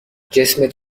جسمت